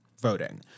voting